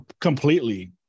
completely